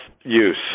use